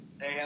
Hey